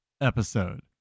episode